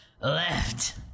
left